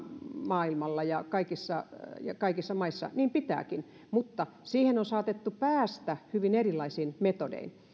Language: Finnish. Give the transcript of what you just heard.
maailmalla ja kaikissa ja kaikissa maissa niin pitääkin mutta siihen on saatettu päästä hyvin erilaisin metodein